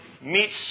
meets